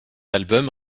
albums